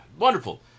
wonderful